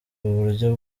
uburyo